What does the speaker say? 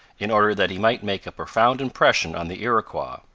in order that he might make a profound impression on the iroquois.